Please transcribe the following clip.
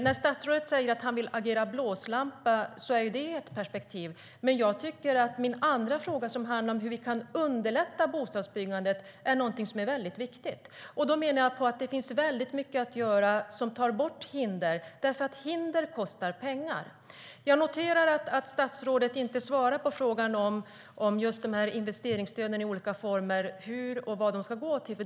När statsrådet säger att han vill agera blåslampa är det ett perspektiv, men jag tycker att min andra fråga, som handlar om hur vi kan underlätta bostadsbyggandet, är väldigt viktig. Jag menar att det finns mycket att göra för att ta bort hinder, för hinder kostar pengar. Jag noterar att statsrådet inte svarar på frågan om olika former av investeringsstöd, hurdana de är och vad de ska gå till.